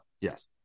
Yes